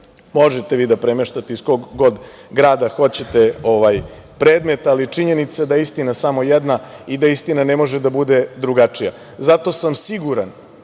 možete vi da premeštate iz koga god grada hoćete predmet, ali činjenica je da je istina samo jedna i da istina ne može da bude drugačija. Zato sam siguran